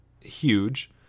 huge